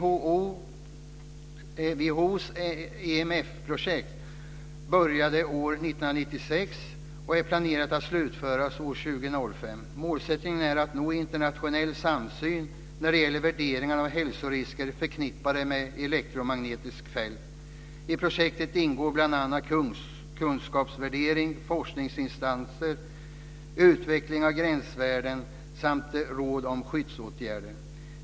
WHO:s EMF-projekt påbörjades år 1996 och är planerat att slutföras år 2005. Målsättningen är att nå internationell samsyn när det gäller värdering av hälsorisker förknippade med elektromagnetiska fält. I projektet ingår bl.a. kunskapsvärdering, forskningsinsatser och utveckling av gränsvärden för, samt råd om, skyddsåtgärder.